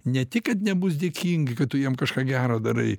ne tik kad nebus dėkingi kad tu jiem kažką gero darai